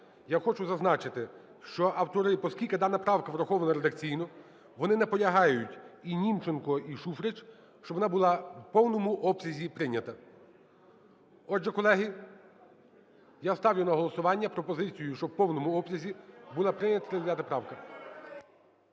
Я хочу зазначити, що автори… оскільки дана правка врахована редакційно, вони наполягають і Німченко, і Шуфрич, щоб вона була в повному обсязі прийнята. Отже, колеги, я ставлю на голосування пропозицію, щоб в повному обсязі була прийнята 39-а правка.